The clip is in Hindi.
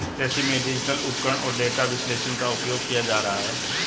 कृषि में डिजिटल उपकरण और डेटा विश्लेषण का उपयोग किया जा रहा है